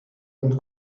und